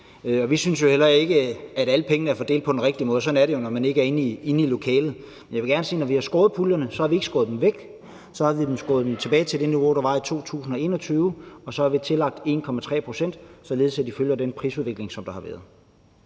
Vi synes jo heller ikke, at alle pengene er fordelt på den rigtige måde, og sådan er det jo, når man ikke er inde i lokalet, men jeg vil gerne sige, at når vi har skåret i puljerne, har vi ikke skåret alt væk, så har vi skåret dem tilbage til det niveau, der var i 2021, og så har vi tillagt 1,3 pct., således at de følger den prisudvikling, som der har været.